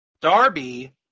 Darby